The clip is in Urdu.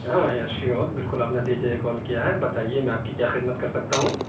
ہاں یا شیور بالکل آپ نے صحیح جگہ کال کیا ہے بتائیے میں آپ کی کیا خدمت کر سکتا ہوں